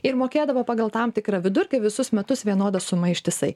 ir mokėdavo pagal tam tikrą vidurkį visus metus vienodą sumą ištisai